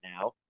now